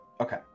Okay